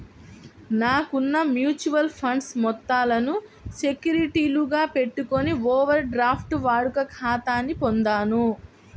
నాకున్న mutual funds మొత్తాలను సెక్యూరిటీలుగా పెట్టుకొని ఓవర్ డ్రాఫ్ట్ వాడుక ఖాతాని పొందాను